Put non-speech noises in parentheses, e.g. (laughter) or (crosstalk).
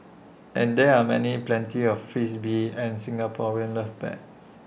and there are many plenty of (unintelligible) and Singaporeans love bet